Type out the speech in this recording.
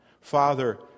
Father